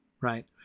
right